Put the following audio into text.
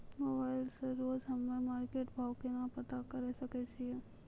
Mobile से रोजे हम्मे मार्केट भाव केना पता करे सकय छियै?